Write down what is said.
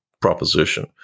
proposition